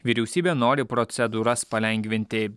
vyriausybė nori procedūras palengvinti